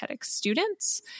students